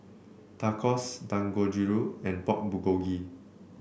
Tacos Dangojiru and Pork Bulgogi